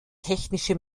technische